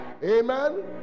Amen